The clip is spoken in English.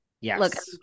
Yes